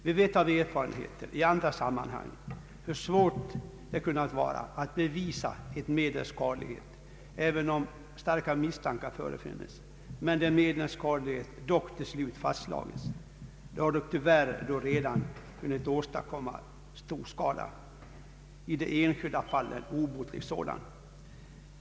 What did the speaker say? Vi vet av erfarenheter från andra sammanhang hur svårt det kunnat vara att bevisa ett medels skadlighet, även om starka misstankar förefunnits, men medlets skadlighet till slut fastslagits, sedan det dock redan hunnit åstadkomma stor skada — i de enskilda fallen tyvärr obotlig sådan.